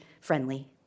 friendly